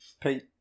Pete